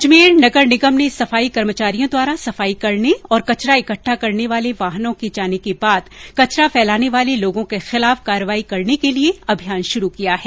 अजमेर नगर निगम ने सफाई कर्मचारियों द्वारा सफाई करने और कचरा इकट्ठा करने वाले वाहनों के जाने के बाद कचरा फैलाने वाले लोगों के खिलाफ कार्रवाई करने के लिए अभियान शुरू किया है